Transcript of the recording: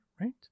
right